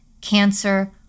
cancer